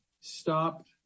stopped